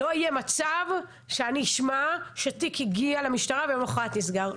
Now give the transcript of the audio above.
לא יהיה מצב שאני אשמע שתיק הגיע למשטרה ויום למחרת נסגר.